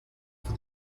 for